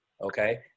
okay